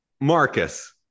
Marcus